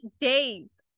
days